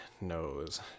knows